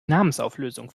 namensauflösung